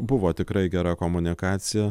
buvo tikrai gera komunikacija